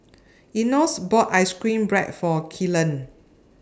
Enos bought Ice Cream Bread For Kellan